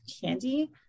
candy